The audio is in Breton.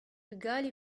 bugale